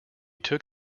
took